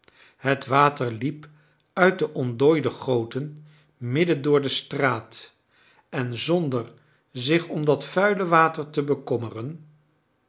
het water liep uit de ontdooide goten midden door de straat en zonder zich om dat vuile water te